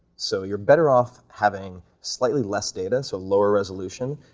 so you're better off having slightly less data, so lower resolution,